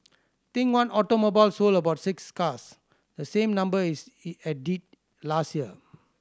think One Automobile sold about six cars the same number as it did last year